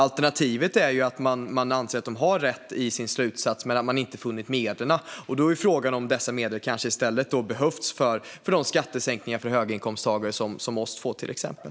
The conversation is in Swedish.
Alternativet är att man anser att de har rätt i sin slutsats men att man inte funnit medlen. Då är frågan om dessa medel kanske i stället behövts för skattesänkningarna för höginkomsttagare som vi två, till exempel.